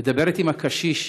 מדברת עם הקשיש,